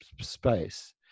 space